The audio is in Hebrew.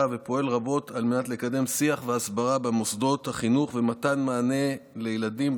ופועל רבות על מנת לקדם שיח והסברה במוסדות החינוך ומתן מענה לילדים,